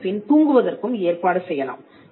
அதன்பின் தூங்குவதற்கும் ஏற்பாடு செய்யலாம்